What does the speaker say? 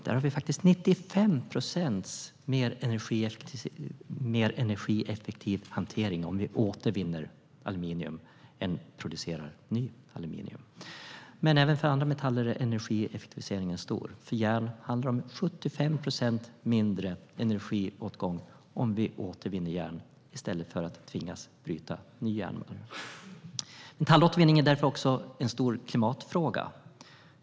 Där har vi 95 procent mer energieffektiv hantering om vi återvinner än om vi producerar nytt aluminium. Men även för andra metaller är energieffektiviseringen stor. För järn handlar det om 75 procent mindre energiåtgång om vi återvinner järn i stället för att tvingas bryta ny järnmalm. Metallåtervinning är därför också en stor klimatfråga.